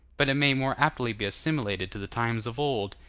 but it may more aptly be assimilated to the times of old,